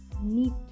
need